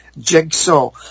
jigsaw